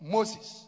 Moses